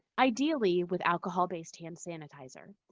ideally with alcohol-based hand sanitizer.